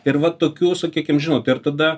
ir va tokių sakykim žinot ir tada